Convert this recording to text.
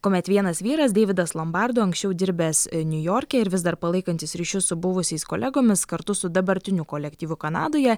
kuomet vienas vyras deividas lombardo anksčiau dirbęs niujorke ir vis dar palaikantis ryšius su buvusiais kolegomis kartu su dabartiniu kolektyvu kanadoje